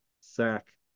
sack